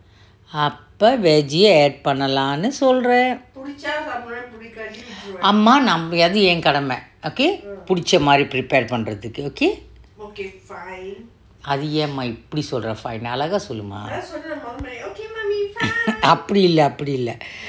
அப்ப:appe veggie ah add பண்ணலாம் னு சொல்ற அம்மா அது என் கடம பிடிச்ச மாதிரி:pannalam nu solra amma athu en kadama pidicha mathiri prepare பண்றதுக்கு:panrathuku okay அது ஏன்:athu yean mah இப்டி சொல்ற:ipdi solra fine னு அழகா சொல்லு:nu azhaga sollu mah அப்டி இல்ல அப்டி இல்ல:apdi illa apdi illa